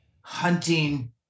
hunting